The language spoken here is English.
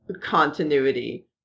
continuity